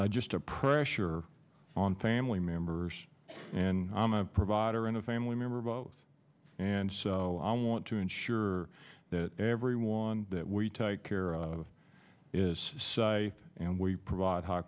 a just a pressure on family members and i'm a provider and a family member both and so i want to ensure that everyone that we take care of is sigh and we provide high